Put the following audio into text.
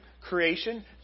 Creation